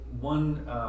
one